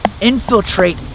infiltrate